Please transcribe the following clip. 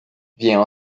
vient